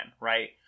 right